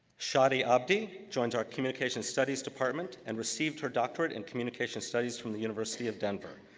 shadee abdi joins our communications studies department, and received her doctorate in communications studies from the university of denver.